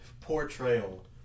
Portrayal